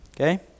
Okay